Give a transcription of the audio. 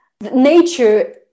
nature